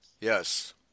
Yes